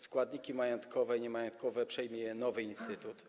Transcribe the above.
Składniki majątkowe i niemajątkowe przejmie nowy instytut.